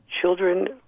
Children